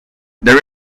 there